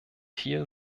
hier